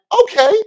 okay